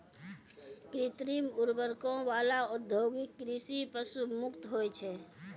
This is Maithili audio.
कृत्रिम उर्वरको वाला औद्योगिक कृषि पशु मुक्त होय छै